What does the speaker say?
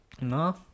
No